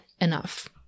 enough